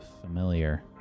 familiar